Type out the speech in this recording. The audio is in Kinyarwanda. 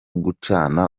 gucana